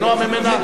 בהתגלמותה.